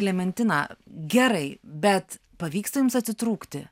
klementina gerai bet pavyksta jums atitrūkti